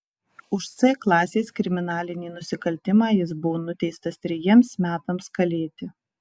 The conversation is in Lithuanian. už c klasės kriminalinį nusikaltimą jis buvo nuteistas trejiems metams kalėti